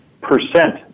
percent